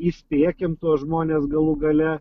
įspėkim tuos žmones galų gale